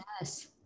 yes